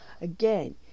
Again